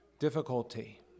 Difficulty